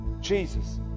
Jesus